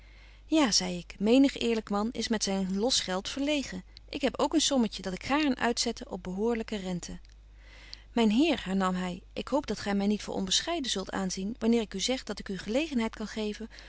ja zei ik menig eerlyk man is met zyn los geld verlegen ik heb ook een sommebetje wolff en aagje deken historie van mejuffrouw sara burgerhart tje dat ik gaarn uitzette op behoorlyke rente myn heer hernam hy ik hoop dat gy my niet voor onbescheiden zult aanzien wanneer ik u zeg dat ik u gelegenheid kan geven